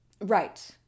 Right